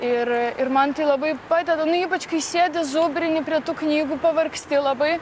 ir ir man tai labai padeda ypač kai sėdi zubrini prie tų knygų pavargsti labai